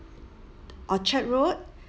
orchard road